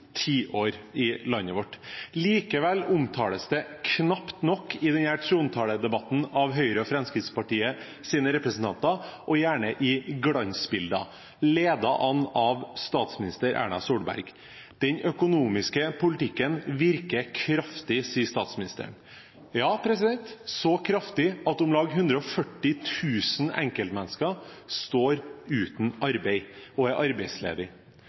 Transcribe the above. tiår i landet vårt. Likevel omtales det knapt nok i denne trontaledebatten av Høyre og Fremskrittspartiets representanter, men framstilles gjerne i glansbilder, ledet an av statsminister Erna Solberg. Den økonomiske politikken virker kraftig, sier statsministeren. Ja, så kraftig at om lag 140 000 enkeltmennesker står uten arbeid, er